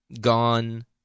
gone